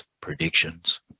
predictions